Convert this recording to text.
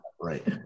right